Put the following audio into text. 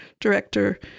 director